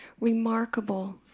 remarkable